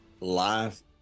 Life